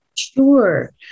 Sure